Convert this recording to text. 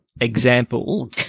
Example